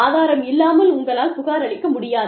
ஆதாரம் இல்லாமல் உங்களால் புகார் அளிக்க முடியாது